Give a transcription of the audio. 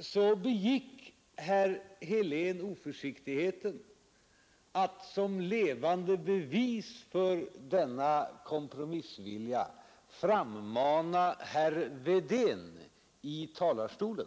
Så begick herr Helén oförsiktigheten att såsom levande bevis för denna kompromissvilja frammana herr Wedén i talarstolen.